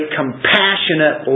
compassionate